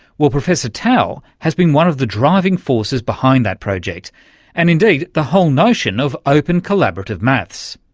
well, professor tao has been one of the driving forces behind that project and indeed the whole notion of open collaborative maths.